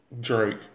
Drake